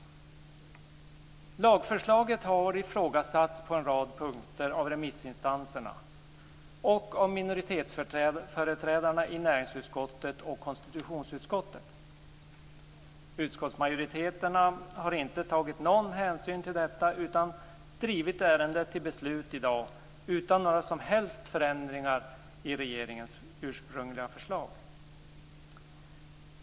Lagförslaget har ifrågasatts på en rad punkter av remissinstanserna och av minoritetsföreträdarna i näringsutskottet och konstitutionsutskottet. Utskottsmajoriteterna har inte tagit någon hänsyn till detta utan drivit ärendet till beslut i dag utan några som helst förändringar i regeringens ursprungliga förslag.